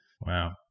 Wow